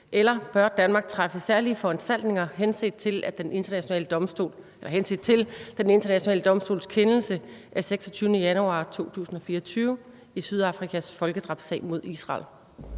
eller bør Danmark træffe særlige foranstaltninger henset til Den Internationale Domstols kendelse af 26. januar 2024 i Sydafrikas folkedrabssag mod Israel?